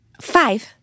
Five